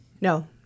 no